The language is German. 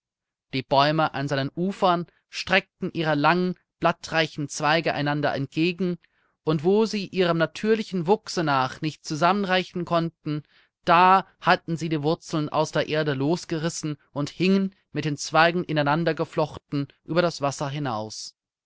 die bäume an seinen ufern streckten ihre langen blattreichen zweige einander entgegen und wo sie ihrem natürlichen wuchse nach nicht zusammenreichen konnten da hatten sie die wurzeln aus der erde losgerissen und hingen mit den zweigen in einander geflochten über das wasser hinaus